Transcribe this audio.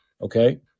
Okay